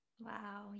Wow